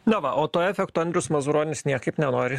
na va o to efekto andrius mazuronis niekaip nenori